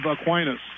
Aquinas